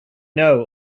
know